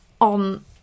on